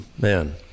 man